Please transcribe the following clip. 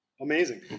Amazing